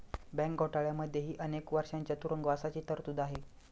bank घोटाळ्यांमध्येही अनेक वर्षांच्या तुरुंगवासाची तरतूद आहे